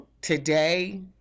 today